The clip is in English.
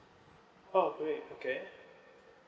oh great okay